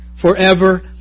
forever